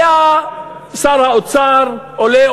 היה שר האוצר עולה,